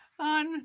On